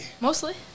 Mostly